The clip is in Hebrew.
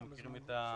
אנחנו זוכרים מה